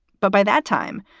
but by that time,